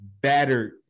battered